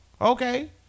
Okay